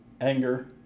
anger